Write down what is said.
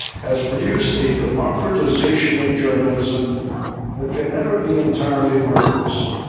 has produced a democratization of journalism that can never be entirely reversed.